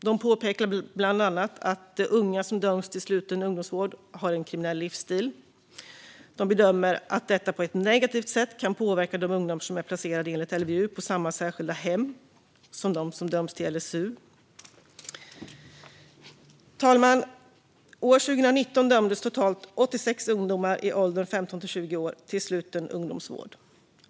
De påpekar bland annat att unga som döms till sluten ungdomsvård har en kriminell livsstil. Utskottet bedömer att detta på ett negativt sätt kan påverka de ungdomar som är placerade enligt LVU på samma särskilda hem som dem som dömts enligt LSU. Fru talman! År 2019 dömdes totalt 86 ungdomar i åldern 15-20 år till sluten ungdomsvård.